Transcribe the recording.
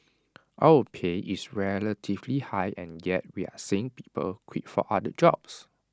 our pay is relatively high and yet we're seeing people quit for other jobs